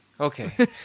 Okay